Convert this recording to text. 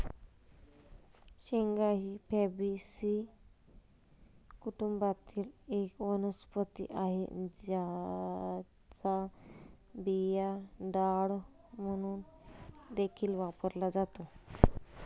शेंगा ही फॅबीसी कुटुंबातील एक वनस्पती आहे, ज्याचा बिया डाळ म्हणून देखील वापरला जातो